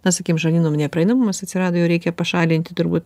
na sakykim žarnyno nepraeinamumas atsirado jau reikia pašalinti turbūt